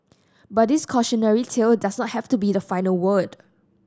but this cautionary tale doesn't have to be the final word